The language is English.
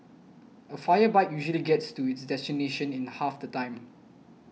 a fire bike usually gets to its destination in half the time